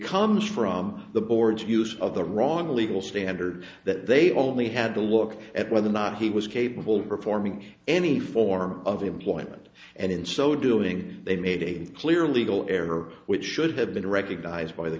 comes from the board's use of the wrong legal standard that they only had to look at whether or not he was capable performing any form of employment and in so doing they made a clear legal error which should have been recognized by the